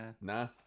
Nah